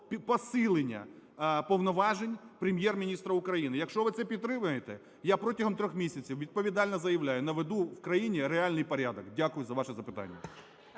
посилення повноважень Прем’єр-міністра України. Якщо ви це підтримаєте, я протягом трьох місяців, відповідально заявляю, наведу в країні реальний порядок. Дякую за ваше запитання.